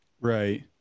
right